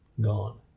gone